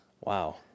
Wow